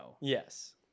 Yes